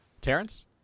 Terrence